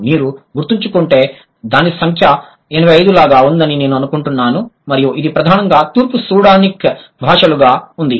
మీరు గుర్తుంచుకుంటే దాని సంఖ్య 85 లాగా ఉందని నేను అనుకుంటున్నాను మరియు ఇది ప్రధానంగా తూర్పు సూడానిక్ భాషలుగా ఉంది